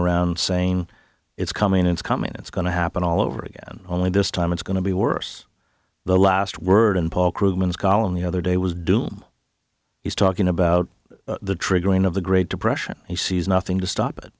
around saying it's coming it's coming it's going to happen all over again only this time it's going to be worse the last word and paul krugman is calm the other day was doom he's talking about the triggering of the great depression he sees nothing to stop it